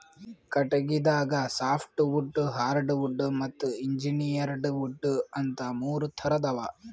ಕಟಗಿದಾಗ softwood hardwood ಮತ್ತ್ engineered wood ಅಂತಾ ಮೂರ್ ಥರದ್ ಅವಾ